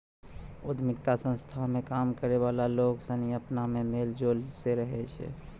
उद्यमिता संस्था मे काम करै वाला लोग सनी अपना मे मेल जोल से रहै छै